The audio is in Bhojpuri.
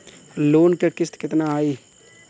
लोन क किस्त कितना आई?